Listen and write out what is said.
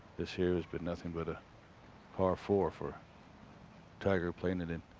this here's been nothing but a par four for tiger playing it in